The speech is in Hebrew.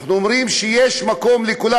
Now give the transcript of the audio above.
אנחנו אומרים שיש מקום לכולם,